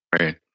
Right